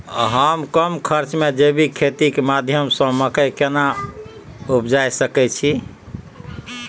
हम कम खर्च में जैविक खेती के माध्यम से मकई केना उपजा सकेत छी?